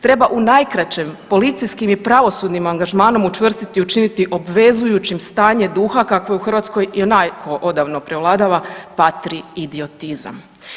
Treba u najkraćem policijskim i pravosudnim angažmanom učvrstiti i učiniti obvezujućim stanje duha kako u Hrvatskoj ionako odavno prevladava patri idiotizam.